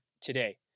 today